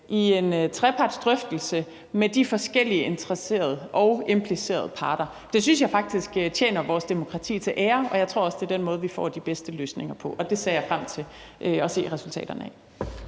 i en trepartsdrøftelse med de forskellige interesserede og implicerede parter. Det synes jeg faktisk tjener vores demokrati til ære, og jeg tror også, at det er den måde, vi får de bedste løsninger på, og det ser jeg frem til at se resultaterne af.